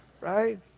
Right